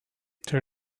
tear